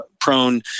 prone